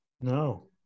No